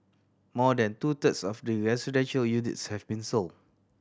more than two thirds of the residential units have been sold